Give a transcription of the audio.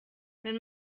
wenn